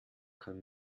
kann